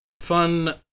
fun